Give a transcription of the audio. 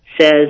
says